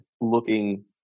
looking